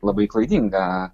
labai klaidinga